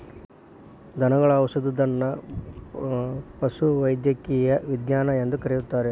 ದನಗಳ ಔಷಧದನ್ನಾ ಪಶುವೈದ್ಯಕೇಯ ವಿಜ್ಞಾನ ಎಂದು ಕರೆಯುತ್ತಾರೆ